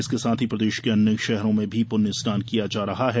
इसके साथ ही प्रदेष के अन्य शहरों में भी पुण्य स्नान किया जा रहा है